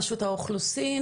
רשות האוכלוסין